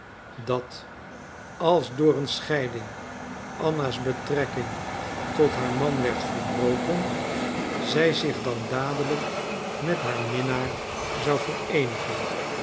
dat als door een scheiding anna's betrekking tot haar man werd verbroken zij zich dan dadelijk met haar minnaar zou vereenigen